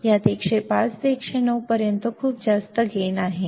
यात 105 ते 109 पर्यंत खूप जास्त फायदा आहे